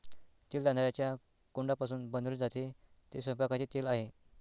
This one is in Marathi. तेल तांदळाच्या कोंडापासून बनवले जाते, ते स्वयंपाकाचे तेल आहे